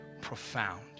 profound